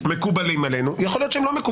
מקובלים עלינו, יכול להיות שלא.